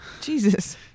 Jesus